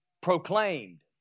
Proclaimed